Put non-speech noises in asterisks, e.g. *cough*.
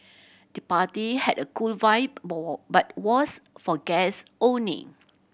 the party had a cool vibe *unintelligible* but was for guest only